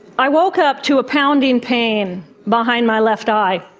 i woke up to a pounding pain behind my left eye.